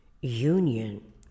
union